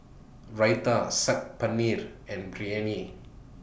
Raita Sag Paneer and Biryani